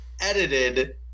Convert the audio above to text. edited